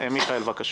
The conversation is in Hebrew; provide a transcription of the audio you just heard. מיכאל ביטון, בבקשה.